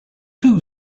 two